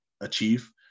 achieve